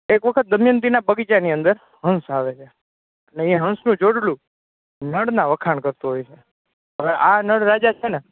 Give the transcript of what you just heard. એક વખત દમયંતિના બગીચાની અંદર હંસ આવે છે અને એ હંસનું જોડણું નળના વખાણ કરતો હોય છે હવે આ નળ રાજા છે ને